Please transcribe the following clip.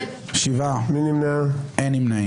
הצבעה לא אושרו.